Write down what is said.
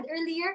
earlier